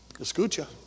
Escucha